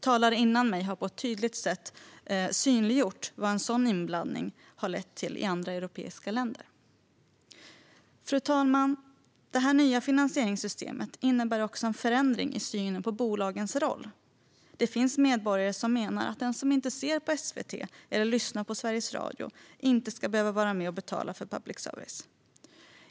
Talare före mig har på ett tydligt sätt synliggjort vad en sådan inblandning har lett till i andra europeiska länder. Fru talman! Det nya finansieringssystemet innebär också en förändring i synen på bolagens roll. Det finns medborgare som menar att den som inte ser på SVT eller lyssnar på Sveriges Radio inte ska behöva vara med och betala för public service.